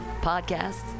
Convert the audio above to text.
podcasts